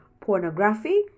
pornography